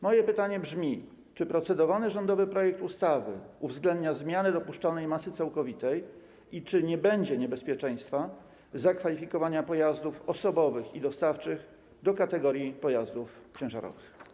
Moje pytanie brzmi: Czy procedowany rządowy projekt ustawy uwzględnia zmiany dopuszczalnej masy całkowitej i czy nie będzie niebezpieczeństwa zakwalifikowania pojazdów osobowych i dostawczych do kategorii pojazdów ciężarowych?